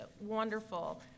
wonderful